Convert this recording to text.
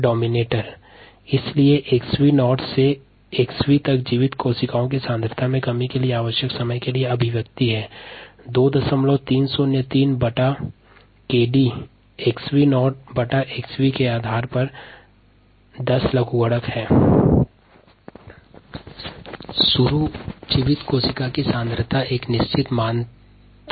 t2303kdxv0xv refer slide time 2649 जीवित कोशिका की सांद्रता में 10 गुना कमी के लिए लगने वाला समय निकालने के लिए यह ध्यान देना आवश्यक है कि शुरू में जीवित कोशिका की सांद्रता का एक निश्चित मान था